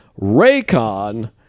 Raycon